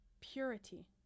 purity